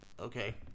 okay